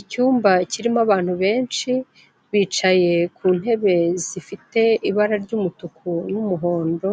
Icyumba kirimo abantu benshi bicaye ku ntebe zifite ibara ry'umutuku n'umuhondo,